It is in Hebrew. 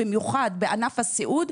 במיוחד בענף הסיעוד,